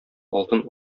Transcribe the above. алтын